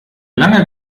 lange